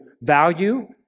value